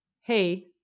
hey